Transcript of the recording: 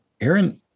Aaron